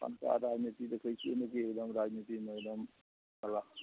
सबटा राजनीति देखै छियै ई मे की एकदम राजनीति मे एगदम हल्ला छै